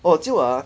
orh 就 ah